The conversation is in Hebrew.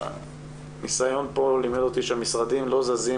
הניסיון לימד אותי שהמשרדים לא זזים